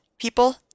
people